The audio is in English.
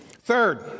Third